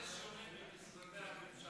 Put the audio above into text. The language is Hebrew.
יואב, מה זה שונה ממשרדי הממשלה?